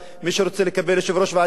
מי שרוצה לקבל יושב-ראש ועדה,